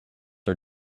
are